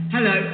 Hello